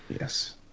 Yes